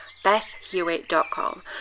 BethHewitt.com